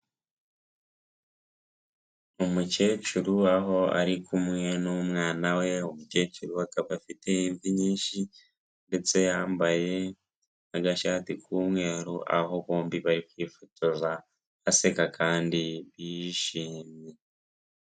Umukecuru waho ari kumwe n'umwana we, umukecuru akaba afite imvi nyinshi ndetse yambaye agashati k'umweru aho bombi bari kwifotoza aseka kandi y'ishimye.